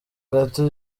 gato